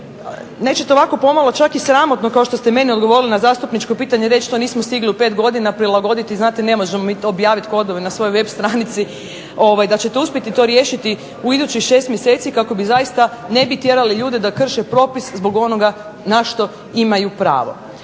nećete ovako pomalo čak i sramotno kao što ste meni odgovorili na zastupničko pitanje reći to nismo stigli u pet godina prilagoditi, znate ne možemo mi to objaviti, …/Govornica se ne razumije./… na svojoj web stranici, da ćete uspjeti to riješiti u idućih 6 mjeseci kako zaista ne bi tjerali ljude da krše propise zbog onoga na što imaju pravo.